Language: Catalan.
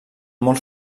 molts